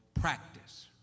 practice